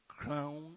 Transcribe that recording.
crown